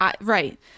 Right